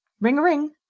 Ring-a-ring